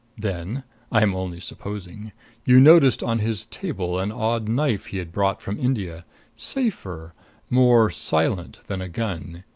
then i am only supposing you noticed on his table an odd knife he had brought from india safer more silent than a gun.